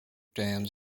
dams